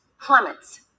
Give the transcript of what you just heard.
plummets